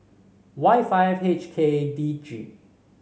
Y five H K D G